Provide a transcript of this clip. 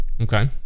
Okay